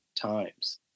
times